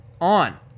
On